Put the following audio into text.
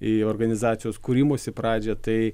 į organizacijos kūrimosi pradžią tai